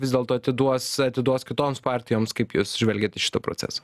vis dėlto atiduos atiduos kitoms partijoms kaip jūs žvelgiat į šitą procesą